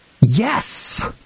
Yes